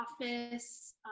office